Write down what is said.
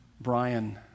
Brian